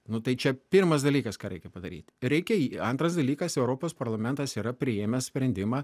nu tai čia pirmas dalykas ką reikia padaryti reikia antras dalykas europos parlamentas yra priėmęs sprendimą